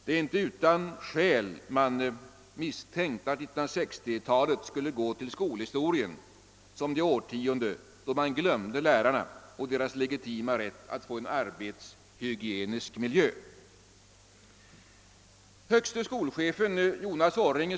Det är inte utan skäl man misstänkt att 1960-talet skulle gå till historien som det årtionde när lärarnas legitima rätt att få en arbetshygienisk miljö glömdes bort.